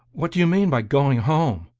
what do you mean by going home?